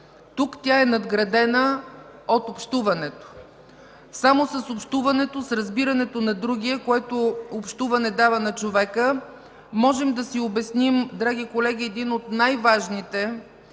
Тук тя е надградена от общуването. Само с общуването, с разбирането на другия, което общуване дава на човека, можем да си обясним, драги колеги, един от най-важните,